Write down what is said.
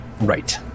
right